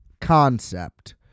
concept